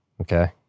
Okay